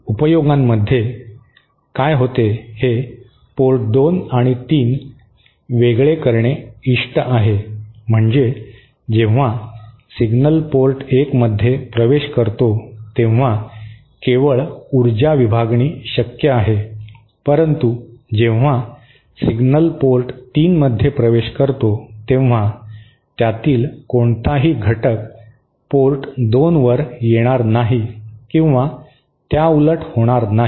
उपयोगांमध्ये काय होते हे पोर्ट 2 आणि 3 वेगळे करणे इष्ट आहे म्हणजे जेव्हा सिग्नल पोर्ट 1 मध्ये प्रवेश करतो तेव्हा केवळ ऊर्जा विभागणी शक्य आहे परंतु जेव्हा सिग्नल पोर्ट 3 मध्ये प्रवेश करतो तेव्हा त्यातील कोणताही घटक पोर्ट 2 वर येणार नाही किंवा त्याउलट होणार नाही